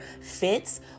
fits